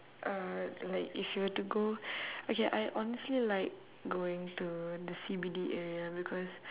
uh like if you were to go okay I honestly like going to the C_B_D area because